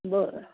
बरं